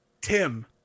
Tim